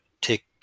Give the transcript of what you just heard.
take